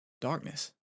darkness